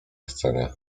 chcenie